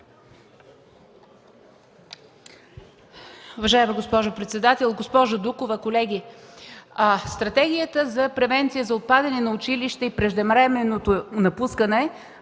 Уважаема госпожо председател, госпожо Дукова, колеги! Стратегията за превенция за отпадане от училище и преждевременното напускане